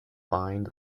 bind